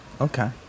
Okay